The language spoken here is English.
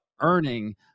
earning